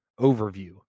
overview